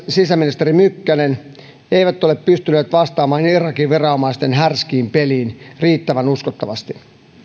sisäministeri mykkänen eivät ole pystyneet vastaamaan irakin viranomaisten härskiin peliin riittävän uskottavasti